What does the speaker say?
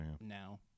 Now